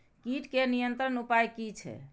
कीटके नियंत्रण उपाय कि छै?